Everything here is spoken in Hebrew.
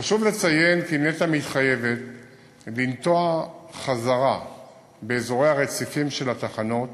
חשוב לציין כי נת"ע מתחייבת לנטוע באזורי הרציפים של התחנות